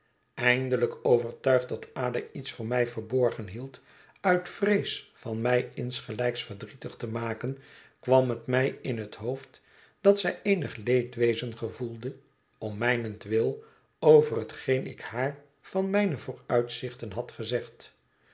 eindelijk overtuigd dat ada iets voor mij verborgen hield uit vrees van mij insgelijks verdrietig te maken kwam het mij in het hoofd dat zij eenig leedwezen gevoelde om mijnentwil over hetgeen ik haar van mijne vooruitzichten had gezegd